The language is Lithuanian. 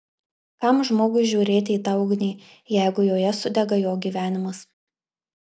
kam žmogui žiūrėti į tą ugnį jeigu joje sudega jo gyvenimas